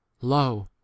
Lo